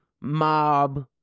Mob